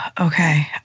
okay